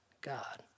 God